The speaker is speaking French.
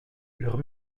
leurs